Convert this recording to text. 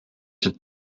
zijn